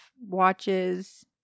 watches